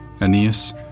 Aeneas